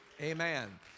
Amen